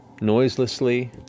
noiselessly